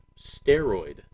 steroid